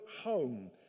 home